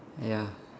ya